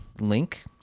link